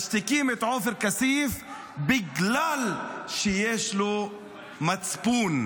משתיקים את עופר כסיף בגלל שיש לו מצפון,